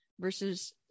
versus